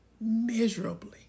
miserably